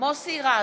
מוסי רז,